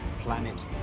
Planet